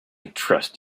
trust